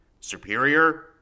Superior